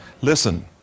Listen